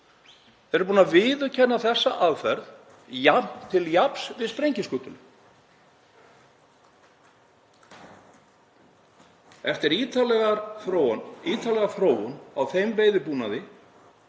rétt, eru búnir að viðurkenna þessa aðferð til jafns við sprengiskutul. Eftir ítarlega þróun á þeim veiðibúnaði,